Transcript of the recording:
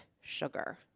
sugar